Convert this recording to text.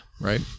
Right